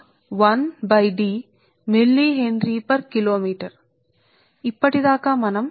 ఆగండి కాబట్టి ఇప్పుడు ఇది మీరు చూసారు మనం చూశాం రెండో కండక్టర్ల కు సరే